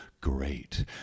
great